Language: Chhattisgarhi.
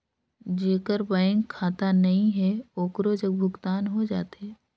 जेकर बैंक खाता नहीं है ओकरो जग भुगतान हो जाथे?